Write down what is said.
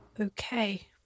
Okay